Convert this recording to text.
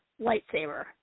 lightsaber